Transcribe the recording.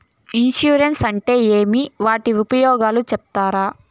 Insurance అంటే ఏమి? వాటి ఉపయోగాలు సెప్తారా?